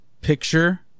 Picture